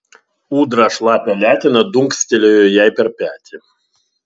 ūdra šlapia letena dunkstelėjo jai per petį